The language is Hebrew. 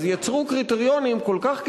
יצרו קריטריונים כל כך קיצוניים,